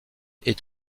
est